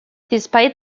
despite